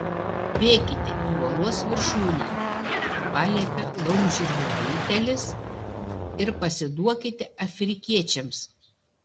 bėkite į uolos viršūnę paliepė laumžirgio raitelis ir pasiduokite afrikiečiams